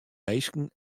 minsken